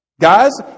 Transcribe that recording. Guys